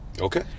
Okay